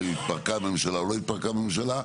התפרקה הממשלה או לא התפרקה הממשלה,